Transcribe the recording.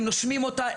הם נושמים אותה,